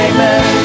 Amen